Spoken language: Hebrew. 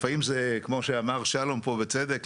ולפעמים זה כמו שאמר שלום פה בצדק,